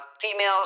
female